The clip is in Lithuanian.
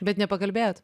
bet nepakalbėjot